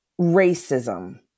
racism